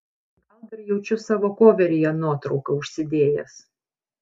gal dar jaučiu savo koveryje nuotrauką užsidėjęs